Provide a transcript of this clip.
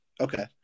Okay